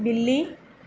बिल्ली